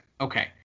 Okay